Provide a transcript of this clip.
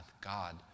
God